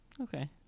Okay